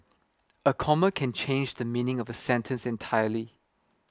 a comma can change the meaning of a sentence entirely